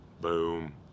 Boom